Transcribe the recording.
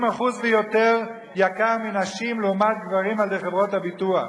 ב-30% ויותר מנשים לעומת גברים על-ידי חברות הביטוח?